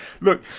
Look